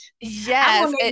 yes